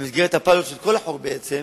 במסגרת הפיילוט של כל החוק בעצם,